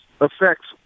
affects